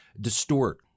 distort